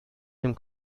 dem